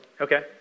Okay